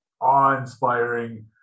awe-inspiring